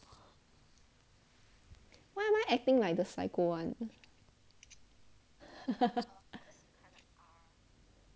why am I acting like the psycho one